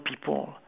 people